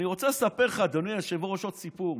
אני רוצה לספר לך, אדוני היושב-ראש, עוד סיפור.